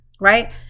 right